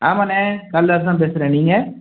ஆமாண்ணே காளிதாஸ் தான் பேசுகிறேன் நீங்கள்